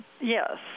Yes